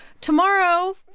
tomorrow